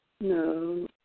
No